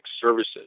services